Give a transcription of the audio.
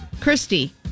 Christy